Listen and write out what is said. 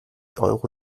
euro